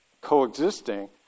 coexisting